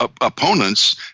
opponents